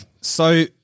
So-